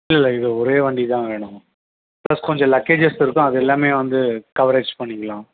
இல்லை இது ஒரே வண்டி தான் வேணும் ப்ளஸ் கொஞ்சம் லக்கேஜஸ் இருக்கும் அது எல்லாமே வந்து கவரேஜ் பண்ணிக்கலாம்